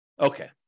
Okay